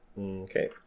Okay